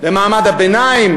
למעמד הביניים?